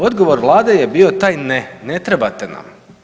Odgovor vlade je bio taj ne, ne trebate nam.